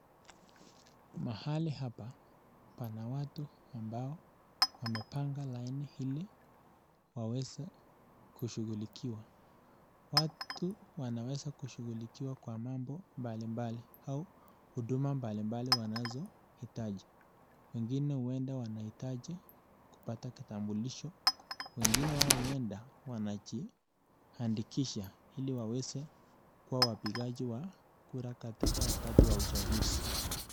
Mahali hapa pana watu ambao wamepanga laini ili waweze kushughulikiwa. Watu wanaweza kushughulikiwa kwa mambo mbali mbali au huduma mbali mbali wanazohitaji. Wengine huenda wanahitaji kupata kitambulisho. Wengine wao huenda wanajiandikisha ili waweze kua wapigaji wa kura katika wakati wa uchaguzi.